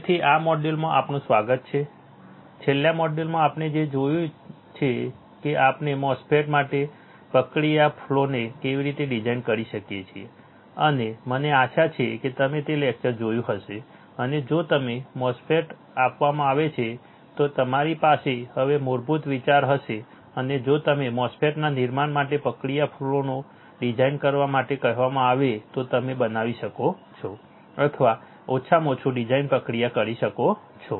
તેથી આ મોડ્યુલમાં આપનું સ્વાગત છે છેલ્લા મોડ્યુલમાં આપણે જે જોયું છે કે આપણે MOSFET માટે પ્રક્રિયાના ફ્લોને કેવી રીતે ડિઝાઇન કરી શકીએ છીએ અને મને આશા છે કે તમે તે લેક્ચર જોયું હશે અને જો તમને MOSFET આપવામાં આવે તો તમારી પાસે હવે મૂળભૂત વિચાર હશે અને જો તમને MOSFET ના નિર્માણ માટે પ્રક્રિયા ફ્લોને ડિઝાઇન કરવા માટે કહેવામાં આવે તો તમે બનાવી શકો છો અથવા ઓછામાં ઓછું ડિઝાઇન પ્રક્રિયા કરી શકો છો